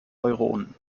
euronen